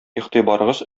игътибарыгыз